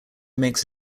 makes